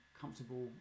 comfortable